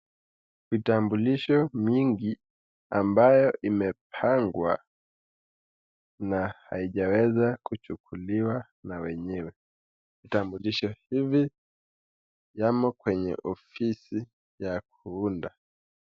Vitambulisho mingi ambayo imepangwa na haijaweza kuchukuliwa na wenyewe, vitambulisho hivi yamo kwenye ofisi ya kuunda.